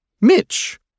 Mitch